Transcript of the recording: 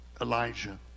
Elijah